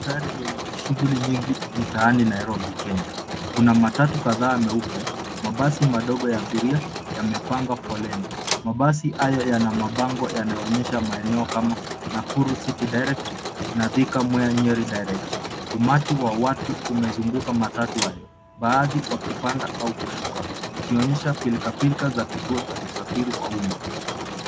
Mandhari yenye shughuli nyingi mitaani Nairobi Kenya, kuna matatu kadhaa meupe, magari madogo ya abiria, yamepanga foleni. Mabasi hayo yana mabango yanayoonyesha maeneo kama, Nakuru city direct , Thika, Mwea- Nyeri direct . Umati wa watu umezunguka matatu hayo, wakipanda, au kushuka, ikionyesha pilkapilka za kituo cha usafiri wa umma.